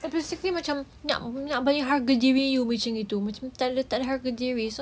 so basically macam nak bayar nak bayar harga you sendiri